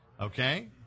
Okay